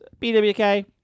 BWK